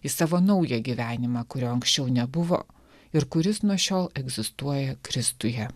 į savo naują gyvenimą kurio anksčiau nebuvo ir kuris nuo šiol egzistuoja kristuje